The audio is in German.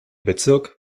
bezirk